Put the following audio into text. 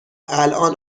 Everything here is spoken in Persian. الان